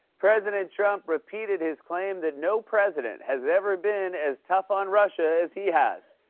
president trump repeated his claim that no president has ever been as tough on russia as he has.